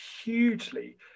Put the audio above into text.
hugely